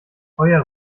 euer